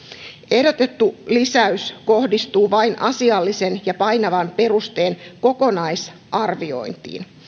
ehdotettu lisäys kohdistuu vain asiallisen ja painavan perusteen kokonaisarviointiin